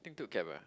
I think took cab ah